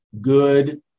good